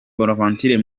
bonaventure